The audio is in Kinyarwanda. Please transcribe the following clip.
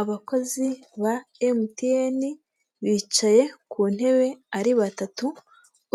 Abakozi ba emutiyeni bicaye ku ntebe ari batatu